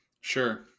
Sure